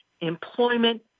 employment